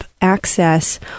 Access